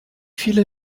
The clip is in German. viele